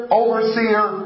overseer